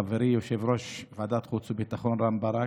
חברי יושב-ראש ועדת חוץ וביטחון רם בן ברק,